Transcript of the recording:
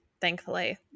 thankfully